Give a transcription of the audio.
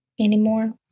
anymore